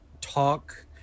talk